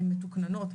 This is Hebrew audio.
הם מתוקננות,